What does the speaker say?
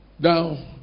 Now